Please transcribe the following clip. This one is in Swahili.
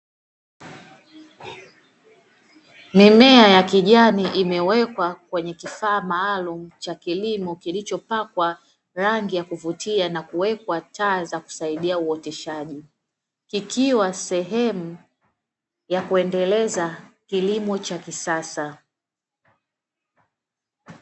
Mimea ya kijani imewekwa kwenye kifaa maalumu cha kilimo kilichopakwa rangi ya kuvutia na kuwekwa taa za kusaidia uoteshaji. Kikiwa sehemu ya kuendeleza kilimo cha kisasa.